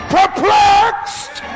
perplexed